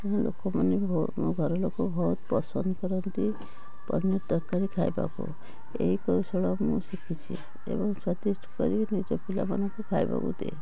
ମୋ ଲୋକମାନେ ବହୁତ ମୋ ଘରଲୋକ ବହୁତ ପସନ୍ଦ କରନ୍ତି ପନିର ତରକାରୀ ଖାଇବାକୁ ଏଇ କୌଶଳ ମୁଁ ଶିଖିଛି ଏବଂ ସ୍ଵାଦିଷ୍ଟ କରି ନିଜ ପିଲାମାନଙ୍କୁ ଖାଇବାକୁ ଦିଏ